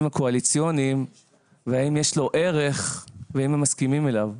הקואליציוניים והאם יש לו ערך ואם הם מסכימים אליו.